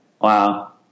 Wow